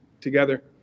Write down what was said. together